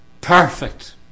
perfect